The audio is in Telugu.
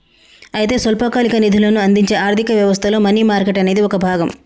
అయితే స్వల్పకాలిక నిధులను అందించే ఆర్థిక వ్యవస్థలో మనీ మార్కెట్ అనేది ఒక భాగం